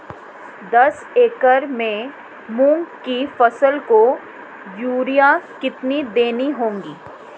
दस एकड़ में मूंग की फसल को यूरिया कितनी देनी होगी?